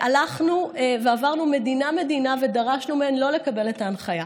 הלכנו ועברנו מדינה-מדינה ודרשנו מהן לא לקבל את ההנחיה.